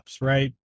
right